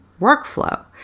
workflow